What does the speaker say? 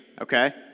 okay